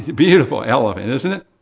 beautiful elephant, isn't it?